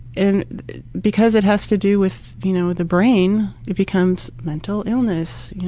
and because it has to do with you know with the brain, it becomes mental illness.